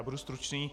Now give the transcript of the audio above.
Budu stručný.